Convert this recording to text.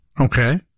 Okay